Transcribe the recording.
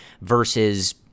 versus